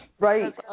Right